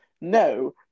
No